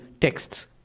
texts